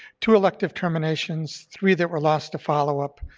two elective terminations, three that were lost to follow-up,